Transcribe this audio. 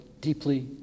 deeply